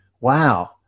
wow